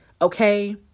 okay